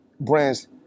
brands